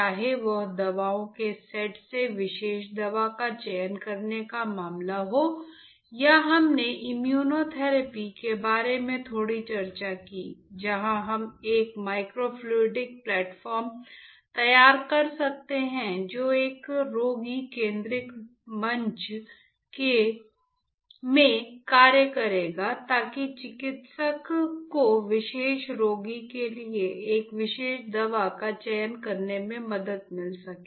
चाहे वह दवाओं के सेट से विशेष दवा का चयन करने का मामला हो या हमने इम्यूनोथेरेपी के बारे में थोड़ी चर्चा की जहां हम एक माइक्रोफ्लुइडिक प्लेटफॉर्म तैयार कर सकते हैं जो एक रोगी केंद्रित मंच के रूप में कार्य करेगा ताकि चिकित्सक को विशेष रोगी के लिए एक विशेष दवा का चयन करने में मदद मिल सके